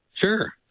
Sure